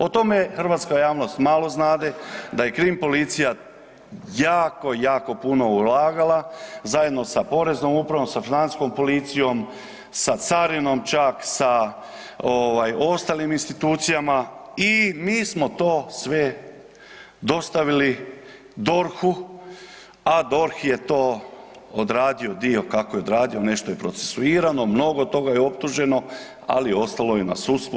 O tome hrvatska malo znade da je KRIM policija jako, jako puno ulagala zajedno sa Poreznom upravom, sa Financijskom policijom, sa Carinom čak sa ostalim institucijama i mi smo to sve dostavili DORH-u, a DORH je to odradio dio kako je odradio, nešto je procesuirano, mnogo to je optuženo ali ostalo je na sudstvu.